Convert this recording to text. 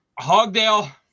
Hogdale